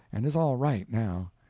and is all right, now.